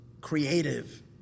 creative